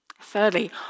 thirdly